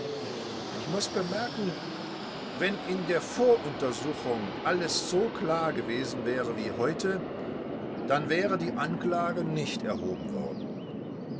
ich muß bemerken wenn in der voruntersuchung alles so klar gewesen wäre wie heute dann wäre die anklage nicht erhoben worden